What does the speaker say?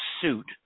suit